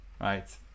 right